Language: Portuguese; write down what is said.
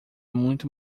muito